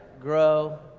grow